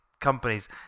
companies